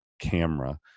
camera